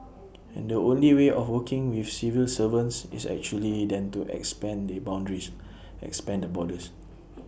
and the only way of working with civil servants is actually then to expand the boundaries expand the borders